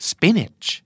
Spinach